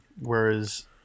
whereas